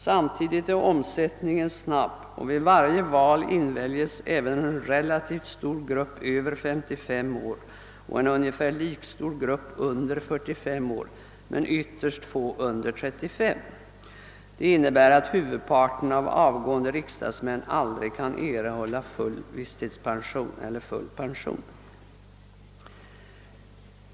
Samtidigt är omsättningen snabb, och vid varje val inväljes även en relativt stor grupp över 55 år och en ungefär lika stor grupp under 45 år men ytterst få under 35 år. Det innebär att huvudparten av avgående riksdagsmän aldrig kan erhålla full visstidspension eller full pension.